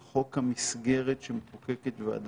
אישור או אישור לתקופה קצרה יותר יכול שיהיה בוועדה